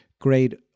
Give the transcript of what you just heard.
grade